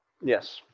Yes